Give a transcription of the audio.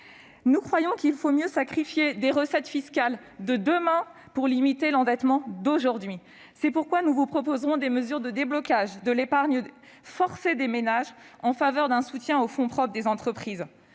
Nous croyons qu'il vaut mieux sacrifier des recettes fiscales de demain et limiter l'endettement d'aujourd'hui. C'est pourquoi nous vous proposerons des mesures de déblocage de l'épargne forcée des ménages en faveur d'un soutien aux fonds propres des entreprises.